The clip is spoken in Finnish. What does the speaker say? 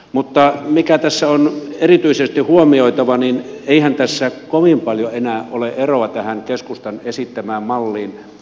mutta mikä tässä on erityisesti huomioitava niin eihän tässä kovin paljon enää ole eroa tähän keskustan esittämään malliin